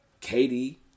Katie